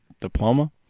diploma